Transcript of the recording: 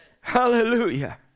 hallelujah